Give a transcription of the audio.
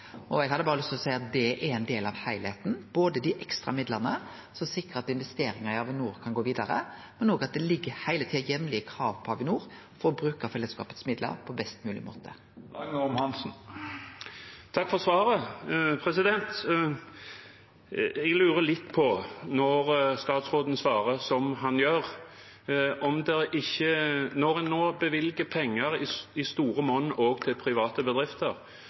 Eg har berre lyst til å seie at det er ein del av heilskapen, både dei ekstra midlane til å sikre at investeringar i Avinor kan gå vidare, og at det heile tida ligg jamlege krav til Avinor om å bruke fellesskapet sine midlar på best mogleg måte. Takk for svaret. Jeg lurer litt på når statsråden svarer som han gjør: Når en nå bevilger penger i stort monn også til private bedrifter,